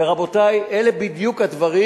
ורבותי, אלה בדיוק הדברים,